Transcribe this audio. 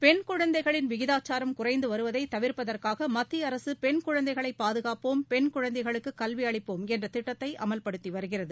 பெண் குழந்தைகளின் விகிதாச்சாரம் குறைந்து வருவதை தவிர்ப்பதற்காக மத்திய அரசு பெண் குழந்தைகளை பாதுகாப்போம் பெண் குழந்தைகளுக்கு கல்வி அளிப்போம் என்ற திட்டத்தை அமல்படுத்தி வருகிறது